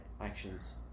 actions